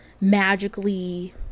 magically